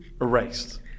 erased